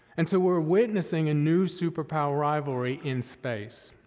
and so we're witnessing a new superpower rivalry in space.